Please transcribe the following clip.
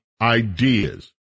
ideas